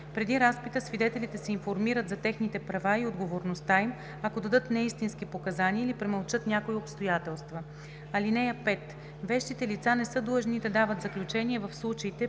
Преди разпита свидетелите се информират за техните права и отговорността им, ако дадат неистински показания или премълчат някои обстоятелства. (5) Вещите лица не са длъжни да дават заключение в случаите,